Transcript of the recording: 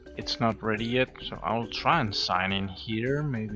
it's not ready yet so i will try and sign in here. maybe